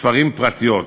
ספרים פרטיות,